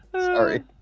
Sorry